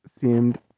seemed